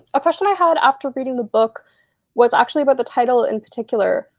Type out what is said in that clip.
ah a question i had after reading the book was actually about the title in particular.